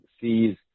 sees